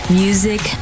music